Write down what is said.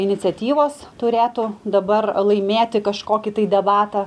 iniciatyvos turėtų dabar laimėti kažkokį tai debatą